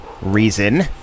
reason